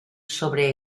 sobre